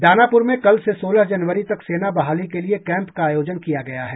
दानापुर मे कल से सोलह जनवरी तक सेना बहाली के लिए कैम्प का आयोजन किया गया है